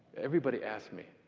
everybody asks me,